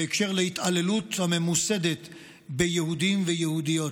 בהקשר של ההתעללות הממוסדת ביהודים וביהודיות.